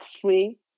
free